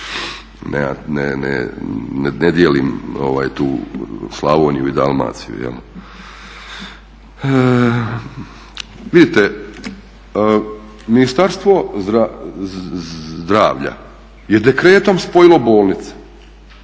Ne dijelim tu Slavoniju i Dalmaciju. Vidite, Ministarstvo zdravlja je dekretom spojilo bolnice.